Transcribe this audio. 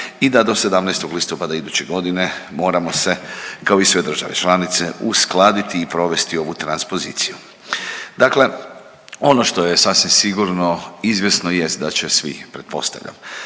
i da do 17. listopada iduće godine moramo se kao i sve države članice uskladiti i provesti ovu transpoziciju. Dakle, ono što je sasvim sigurno i izvjesno jest da će svi pretpostavljam